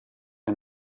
are